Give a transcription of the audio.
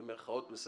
במרכאות,